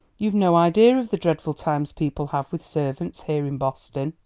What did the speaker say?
you've no idea of the dreadful times people have with servants here in boston.